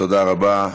תודה רבה.